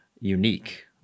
unique